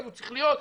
אז הוא צריך להיות,